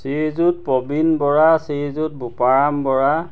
Srijut Prabin Bora Srijut Boparam Bora